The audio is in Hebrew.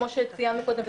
כמו שציינתי קודם,